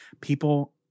people